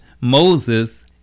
Moses